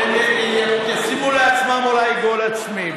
הם ישימו לעצמם אולי גול עצמי,